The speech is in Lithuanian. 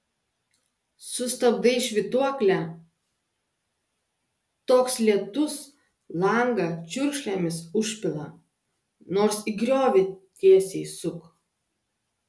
sustabdai švytuoklę toks lietus langą čiurkšlėmis užpila nors į griovį tiesiai suk